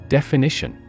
Definition